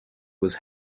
was